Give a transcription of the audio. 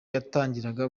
yatangiraga